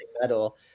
medal